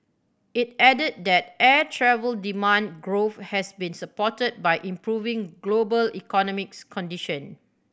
it added that air travel demand growth has be supported by improving global economics condition